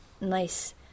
nice